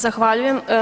Zahvaljujem.